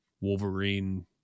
Wolverine